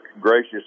gracious